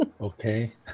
Okay